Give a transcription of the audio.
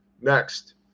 Next